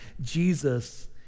Jesus